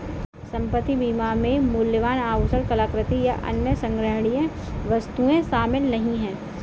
संपत्ति बीमा में मूल्यवान आभूषण, कलाकृति, या अन्य संग्रहणीय वस्तुएं शामिल नहीं हैं